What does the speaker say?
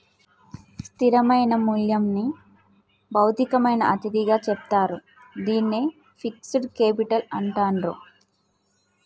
స్థిరమైన మూల్యంని భౌతికమైన అతిథిగా చెప్తారు, దీన్నే ఫిక్స్డ్ కేపిటల్ అంటాండ్రు